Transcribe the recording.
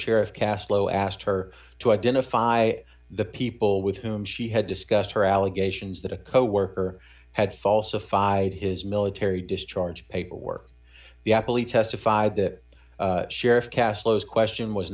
sheriff castillo asked her to identify the people with whom she had discussed her allegations that a coworker had falsified his military discharge paperwork the apple he testified that sheriff castro's question was